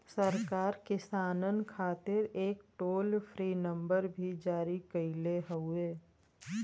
सरकार किसानन खातिर एक टोल फ्री नंबर भी जारी कईले हउवे